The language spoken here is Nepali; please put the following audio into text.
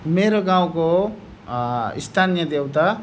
मेरो गाउँको स्थानीय देउता